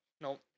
no